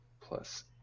plus